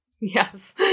Yes